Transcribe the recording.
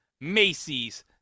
Macy's